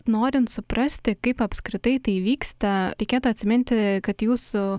norint suprasti kaip apskritai tai įvyksta reikėtų atsiminti kad jūsų